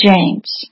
James